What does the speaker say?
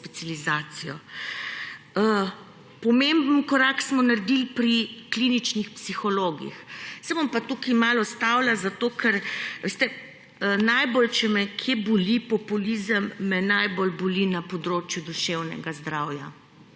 specializacijo. Pomemben korak smo naredili pri kliničnih psihologih. Se bom pa tukaj malo ustavila. Če me kje boli populizem, me najbolj boli na področju duševnega zdravja,